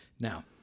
Now